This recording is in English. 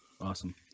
awesome